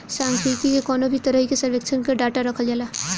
सांख्यिकी में कवनो भी तरही के सर्वेक्षण कअ डाटा रखल जाला